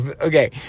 Okay